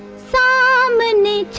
so um and many.